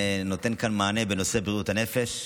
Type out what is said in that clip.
אני נותן כאן מענה בנושא בריאות הנפש.